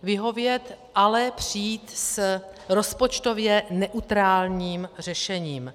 Vyhovět, ale přijít s rozpočtově neutrálním řešením.